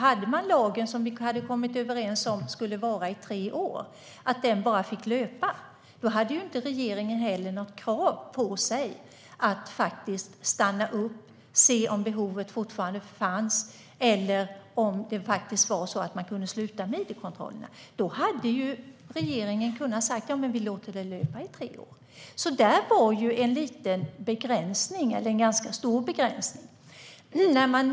Hade lagen som vi kommit överens om skulle gälla i tre år fått löpa hade ju inte regeringen haft något krav på sig att faktiskt stanna upp och se om behovet fortfarande fanns eller om det var så att man kunde sluta med id-kontrollerna. Då hade regeringen kunnat säga: Vi låter det löpa i tre år. Där var alltså en liten begränsning - eller en ganska stor begränsning.